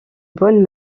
bonnes